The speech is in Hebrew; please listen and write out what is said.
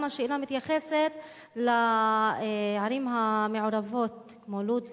והשאלה מתייחסת גם לערים המעורבות כמו לוד ורמלה,